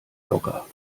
locker